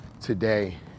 today